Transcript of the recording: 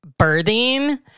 birthing